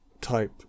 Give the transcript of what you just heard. type